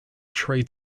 trade